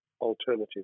alternative